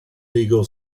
legal